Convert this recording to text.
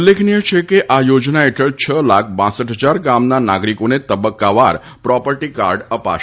ઉલ્લેખનીય છે કે આ યોજના હેઠળ છ લાખ કર હજાર ગામના નાગરીકોને તબકકાવાર પ્રોપર્ટી કાર્ડ અપાશે